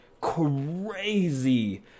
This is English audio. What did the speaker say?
crazy